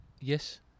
yes